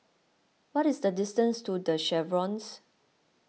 what is the distance to the Chevrons